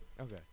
Okay